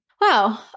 Wow